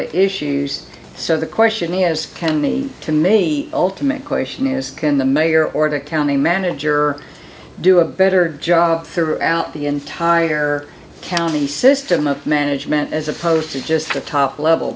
of issues so the question is can the to me ultimate question is can the mayor or the county manager do a better job throughout the entire county system of management as opposed to just the top level